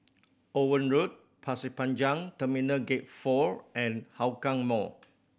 Owen Road Pasir Panjang Terminal Gate Four and Hougang Mall